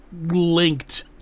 linked